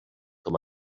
com